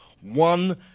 one